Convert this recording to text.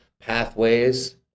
pathways